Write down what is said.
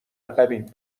عقبیم